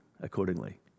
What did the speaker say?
accordingly